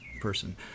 person